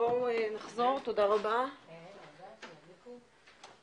אנחנו מחדשת את הדיון.